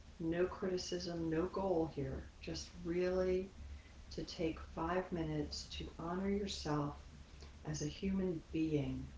no criticism, no goal here. just really to take five minutes to honor yourself as a human being,